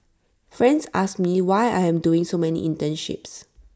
friends ask me why I am doing so many internships